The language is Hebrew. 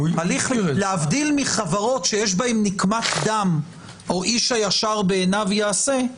להבדיל מחברות שיש בהן נקמת דם או איש הישר בעיניו יעשה,